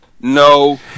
No